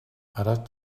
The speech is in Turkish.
araç